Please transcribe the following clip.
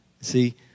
See